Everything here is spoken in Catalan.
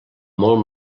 molt